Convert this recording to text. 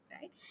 right